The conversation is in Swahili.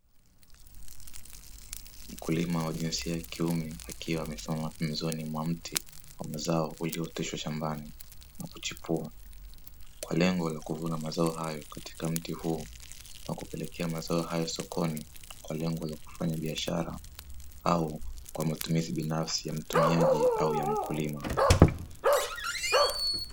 Mkulima wa jinsia ya kiume akiwa amesimama pembezoni mwa mti wa mazao yaliyooteshwa shambani na kuchipua, kwa lengo la kuvuna mazao hayo katika mti huo na kupelekea mazao hayo sokoni, kwa lengo la kufanya biashara au kwa matumizi binafsi ya mtumiaji au ya mkulima.